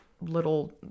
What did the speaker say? little